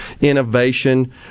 innovation